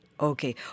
Okay